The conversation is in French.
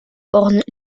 ornent